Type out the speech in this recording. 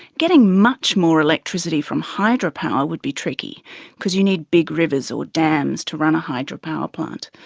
getting much more electricity from hydropower would be tricky because you need big rivers or dams to run a hydropower plant.